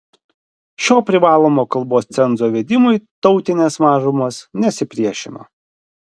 šio privalomo kalbos cenzo įvedimui tautinės mažumos nesipriešino